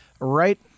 right